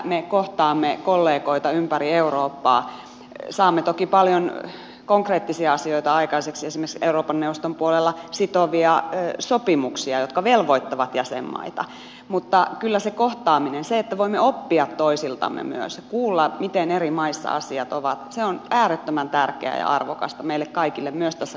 me kohtaamme kollegoita ympäri eurooppaa ja saamme toki paljon konkreettisia asioita aikaiseksi esimerkiksi euroopan neuvoston puolella sitovia sopimuksia jotka velvoittavat jäsenmaita mutta kyllä se kohtaaminen se että voimme myös oppia toisiltamme ja kuulla miten eri maissa asiat ovat on äärettömän tärkeää ja arvokasta meille kaikille myös tässä kotimaisessa työssä